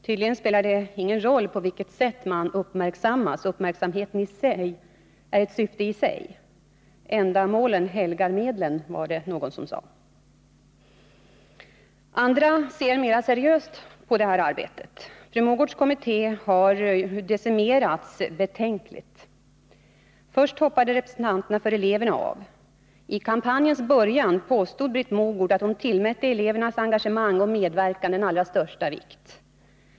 Tydligen spelar det ingen roll på vilket sätt man uppmärksammas. Uppmärksamheten är ett syfte i sig. Ändamålet helgar medlen, var det någon som sade. Andra ser mera seriöst på det här arbetet. Britt Mogårds kommitté har decimerats betänkligt. Först hoppade representanterna för eleverna av. I kampanjens början påstod Britt Mogård att hon tillmätte elevernas engagemang och medverkan den allra största vikt.